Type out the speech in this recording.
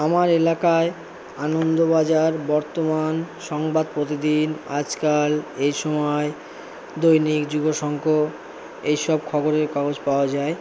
আমার এলাকায় আনন্দবাজার বর্তমান সংবাদ প্রতিদিন আজকাল এই সময় দৈনিক যুগশঙ্খ এই সব খবরের কাগজ পাওয়া যায়